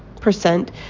percent